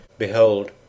Behold